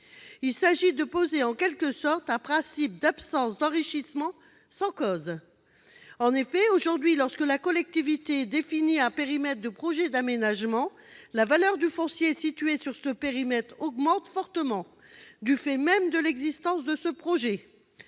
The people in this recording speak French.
Il s'agit de poser en quelque sorte un principe d'absence d'enrichissement sans cause. En effet, aujourd'hui, lorsque la collectivité définit un périmètre de projet d'aménagement, la valeur du foncier situé sur ce périmètre augmente fortement, du fait même de l'existence de ce projet.